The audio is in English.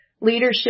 leadership